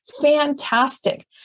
fantastic